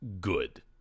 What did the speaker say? good